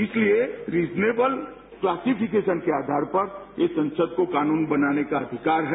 इसलिए reasonable classification के आधार पर ये संसद को कानून बनाने का अधिकार है